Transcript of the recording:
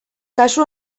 kasu